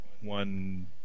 one